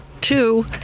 Two